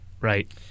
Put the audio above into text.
Right